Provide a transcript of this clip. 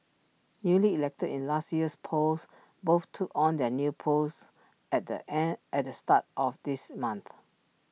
newly elected in last year's polls both took on their new posts at the end at the start of this month